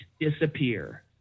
disappear